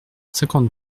cinquante